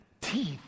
teeth